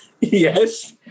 Yes